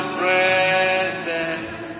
presence